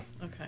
Okay